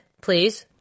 please